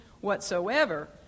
whatsoever